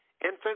Infant